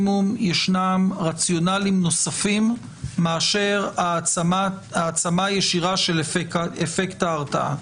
ישנם רציונלים נוספים מאשר העצמה ישירה של אפקט ההרתעה.